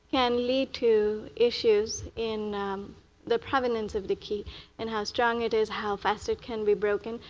can lead to issues in the provenance of the key and how strong it is, how fast it can be broken.